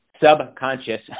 subconscious